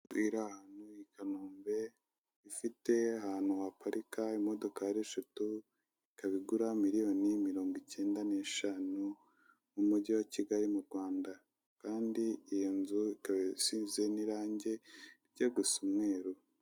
Inzu iri ahantu i Kanombe ifite ahantu haparika imodoka ari eshatu ikabgura miliyoni mirongo icyenda n'eshanu mu mujyi wa Kigali mu Rwanda kandi iyo nzu isize n'irangi rijya gusa umweru.